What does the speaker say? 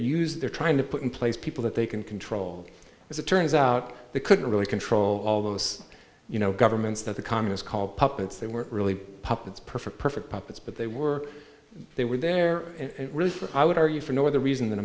used they're trying to put in place people that they can control as it turns out they couldn't really control all those you know governments that the communist call puppets they weren't really puppets perfect perfect puppets but they were they were there and i would argue for no other reason than